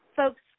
Folks